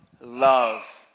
love